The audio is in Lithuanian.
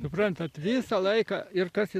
suprantat visą laiką ir kas